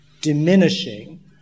diminishing